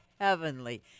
heavenly